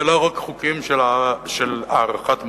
ולא רק חוקים של הארכת מועד.